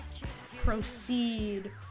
proceed